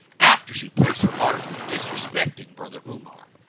after she posts her article disrespecting brother umar,